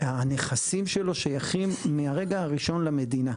אז הנכסים שלו שייכים מהרגע הראשון למדינה,